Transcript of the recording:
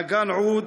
נגן עוּד,